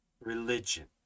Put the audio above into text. religion